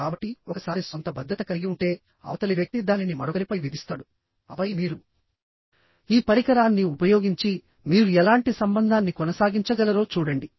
కాబట్టి ఒకసారి సొంత భద్రత కలిగి ఉంటే అవతలి వ్యక్తి దానిని మరొకరిపై విధిస్తాడు ఆపై మీరు ఈ పరికరాన్ని ఉపయోగించి మీరు ఎలాంటి సంబంధాన్ని కొనసాగించగలరో చూడండి